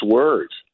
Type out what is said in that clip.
words